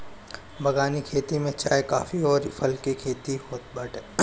बगानी खेती में चाय, काफी अउरी फल के खेती होत बाटे